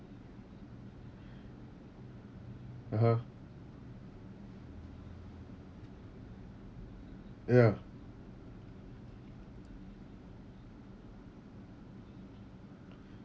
(uh huh) ya